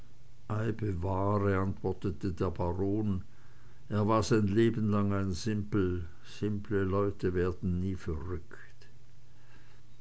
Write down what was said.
antwortete der baron er war sein leben lang ein simpel simple leute werden nie verrückt